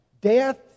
Death